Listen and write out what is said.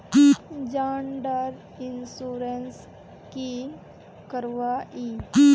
जान डार इंश्योरेंस की करवा ई?